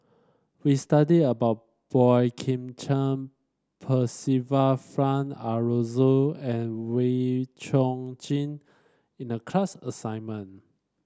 we study about Boey Kim Cheng Percival Frank Aroozoo and Wee Chong Jin in the class assignment